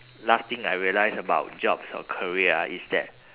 last thing I realise about jobs or career ah is that